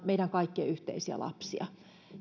meidän kaikkien yhteisiä lapsia